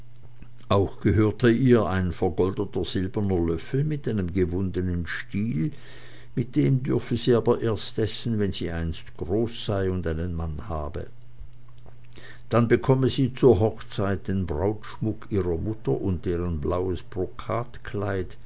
auch gehöre ihr ein vergoldeter silberner löffel mit einem gewundenen stiel mit dem dürfte sie aber erst essen wenn sie einst groß sei und einen mann habe dann bekomme sie zur hochzeit den brautschmuck ihrer mutter und deren blaues